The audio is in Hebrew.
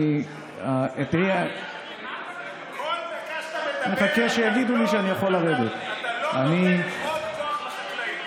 כל דקה שאתה מדבר אתה לא נותן עוד כוח לחקלאים.